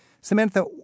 Samantha